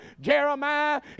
Jeremiah